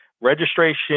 Registration